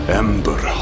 ember